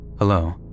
Hello